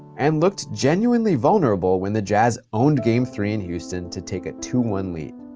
and looked genuinely vulnerable when the jazz owned game three in houston to take a two one lead.